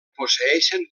posseeixen